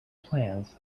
plans